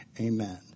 amen